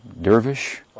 Dervish